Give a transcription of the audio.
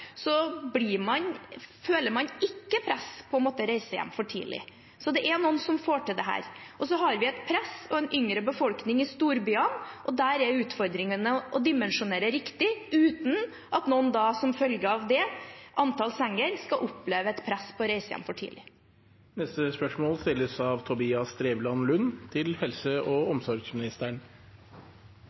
føler man ikke press på å måtte reise hjem for tidlig. Så det er noen som får til dette. Vi har et press og en yngre befolkning i storbyene, og der er utfordringen å dimensjonere riktig, uten at noen, som følge av antallet senger, skal oppleve et press om å reise hjem for tidlig. «På helsenorge.no kan vi lese: «Du som har fått barn, bør få et hjemmebesøk av